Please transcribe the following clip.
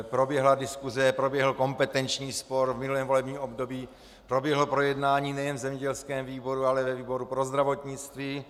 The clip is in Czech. Proběhla diskuse, proběhl kompetenční spor v minulém volebním období, proběhlo projednání nejen v zemědělském výboru, ale i ve výboru pro zdravotnictví.